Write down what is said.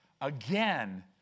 again